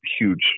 huge